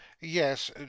yes